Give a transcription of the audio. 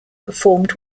performed